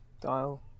dial